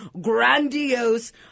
grandiose